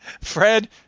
Fred